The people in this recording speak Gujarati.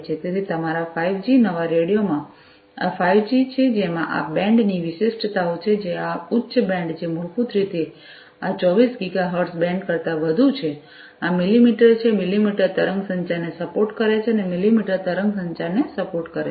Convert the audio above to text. તેથી અમારા 5 જી નવા રેડિયો માં આ 5 જી છે જેમાં આ બેન્ડ ની વિશિષ્ટતાઓ છે આ ઉચ્ચ બેન્ડ જે મૂળભૂત રીતે આ 24 ગીગા હર્ટ્ઝ બેન્ડ કરતાં વધુ છે આ મિલિમીટર છે મિલીમીટર તરંગ સંચારને સપોર્ટ કરે છે મિલિમીટર તરંગ સંચારને સપોર્ટ કરે છે